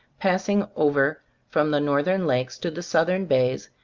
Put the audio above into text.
passing over from the northern lakes to the southern bays,